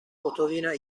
gotovina